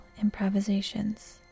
improvisations